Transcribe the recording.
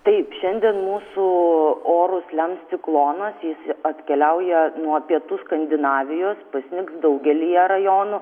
taip šiandien mūsų orus lems ciklonas jis atkeliauja nuo pietų skandinavijos pasnigs daugelyje rajonų